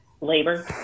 Labor